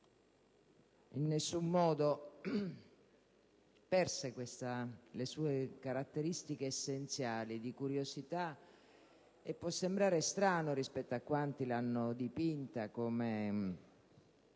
In nessun modo perse le sue caratteristiche essenziali di curiosità, e può sembrare strano rispetto a quanti l'hanno dipinta come